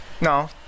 No